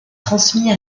transmis